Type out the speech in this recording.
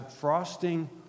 frosting